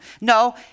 No